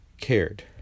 cared